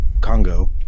Congo